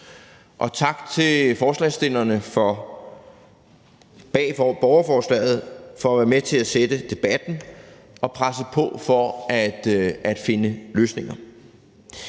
bag borgerforslaget for at være med til at rejse debatten og presse på for at finde løsninger.